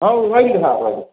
ହଉ ରହିଲି ହଁ ରହିଲି